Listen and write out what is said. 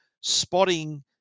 spotting